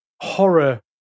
horror